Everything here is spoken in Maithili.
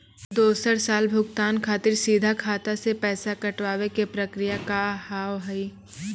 दोसर साल भुगतान खातिर सीधा खाता से पैसा कटवाए के प्रक्रिया का हाव हई?